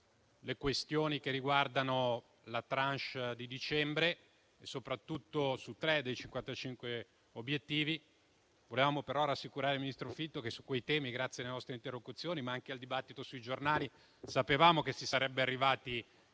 le questioni che riguardano la *tranche* di dicembre e soprattutto 3 dei 55 obiettivi. Volevamo però rassicurare il Ministro che su quei temi, grazie alle nostre interlocuzioni, ma anche al dibattito sui giornali, sapevamo che si sarebbe arrivati